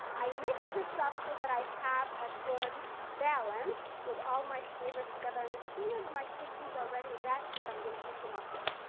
i mix this up so that i have a good balance with all my flavors together, and as soon as my chickpeas are ready, that's what i'm gonna hit them up with.